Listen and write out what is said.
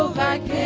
back